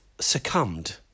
succumbed